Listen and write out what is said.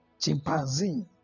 Chimpanzee